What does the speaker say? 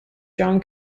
john